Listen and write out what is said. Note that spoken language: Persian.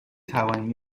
توانیم